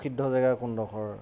সিদ্ধ জেগা কোনডোখৰ